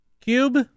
cube